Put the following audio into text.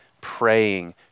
praying